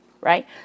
right